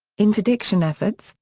interdiction efforts,